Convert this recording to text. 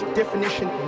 definition